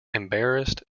embarrassed